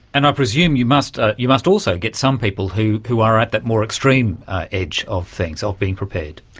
and i presume you must ah you must also get some people who who are at that more extreme edge of things, of being prepared.